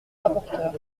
rapporteur